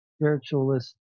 spiritualist